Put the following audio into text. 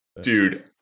Dude